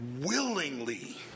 willingly